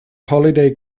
holiday